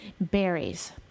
berries